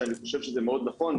שאני חושב שזה מאוד נכון,